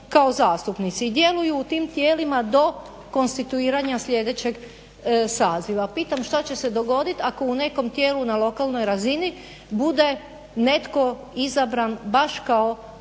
kao zastupnici, i djeluju u tim tijelima do konstituiranja sljedećeg saziva. Pitam šta će se dogoditi ako u nekom tijelu na lokalnoj razini bude netko izabran baš kao